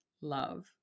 love